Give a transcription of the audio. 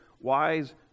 wise